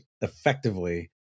effectively